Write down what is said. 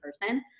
person